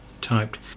typed